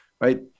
right